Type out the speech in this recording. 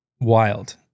wild